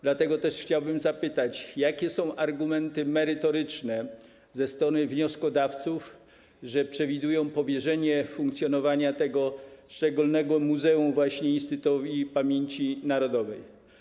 Dlatego też chciałbym zapytać, jakie są argumenty merytoryczne ze strony wnioskodawców, że przewidują powierzenie funkcjonowania tego szczególnego muzeum właśnie Instytutowi Pamięci Narodowej.